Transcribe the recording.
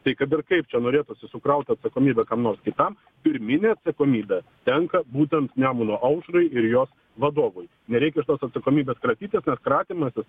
tai kad ir kaip čia norėtųsi sukraut atsakomybę kam nors kitam pirminė atsakomybė tenka būtent nemuno aušrai ir jos vadovui nereikia šitos atsakomybės kratytis nes kratymasis